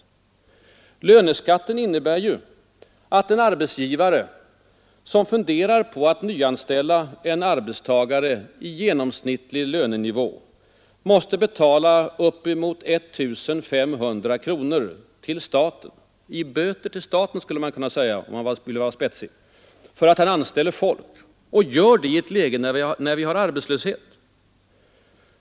Löneskatten innebär ju att en arbetsgivare som funderar på att nyanställa en arbetstagare i genomsnittlig lönenivå måste betala upp emot 1 500 kronor — i böter till staten, skulle man kunna säga om man ville vara spetsig — för att han anställer folk och gör det i ett läge där vi har arbetslöshet.